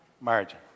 margin